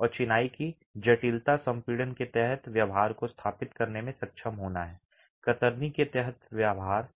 और चिनाई की जटिलता संपीड़न के तहत व्यवहार को स्थापित करने में सक्षम होना है कतरनी के तहत व्यवहार